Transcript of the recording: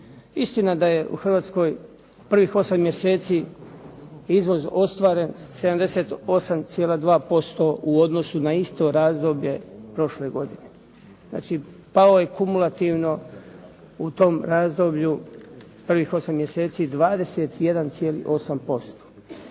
Istina da je u Hrvatskoj prvih osam mjeseci izvoz ostvaren sa 78,2% u odnosu na isto razdoblje prošle godine. Znači, pao je kumulativno u tom razdoblju prvih osam mjeseci 21,8%.